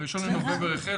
ב-1 בנובמבר החל,